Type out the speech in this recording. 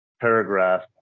paragraph